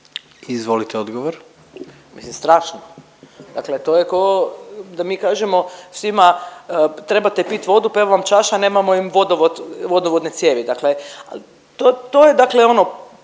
Marija (SDP)** Mislim strašno. Dakle to je k'o da mi kažemo svima, trebate pit vodu, pa evo vam čaša, a nemamo im vodovod, vodovodne cijevi, dakle to je dakle